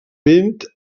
vent